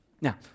Now